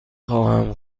خواهم